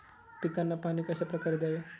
पिकांना पाणी कशाप्रकारे द्यावे?